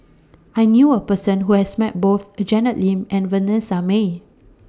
I knew A Person Who has Met Both The Janet Lim and Vanessa Mae